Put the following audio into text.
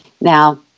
Now